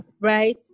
Right